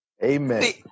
Amen